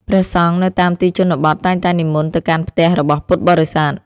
ព្រះសង្ឃនៅតាមទីជនបទតែងតែនិមន្តទៅកាន់ផ្ទះរបស់ពុទ្ធបរិស័ទ។